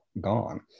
gone